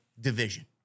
Division